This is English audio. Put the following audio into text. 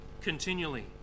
continually